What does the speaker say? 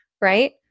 right